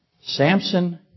Samson